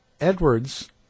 Edwards